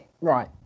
Right